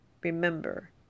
remember